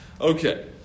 Okay